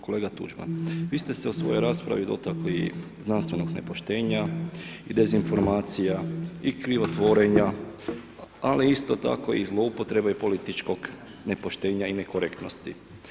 Kolega Tuđman, vi ste se u ovoj raspravi dotakli znanstvenog nepoštenja i dezinformacija i krivotvorenja ali isto tako i zloupotrebe i političkog nepoštenja i nekorektnosti.